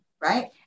right